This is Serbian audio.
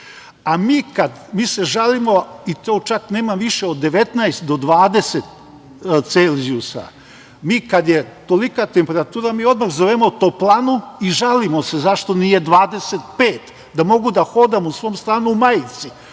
a mi se žalimo i kad nema više od 19, 20 celzijusa. Kada je tolika temperatura, mi odmah zovemo Toplanu i žalimo se zašto nije 25, da mogu da hodam u svom stanu u majici.